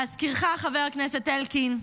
להזכירך, חבר הכנסת אלקין,